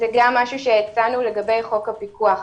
זה גם משהו שהצענו לגבי חוק הפיקוח,